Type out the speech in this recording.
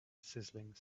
sizzling